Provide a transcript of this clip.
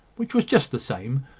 which was just the same,